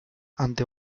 ante